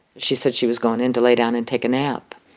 she said she was going in to lay down and take a nap.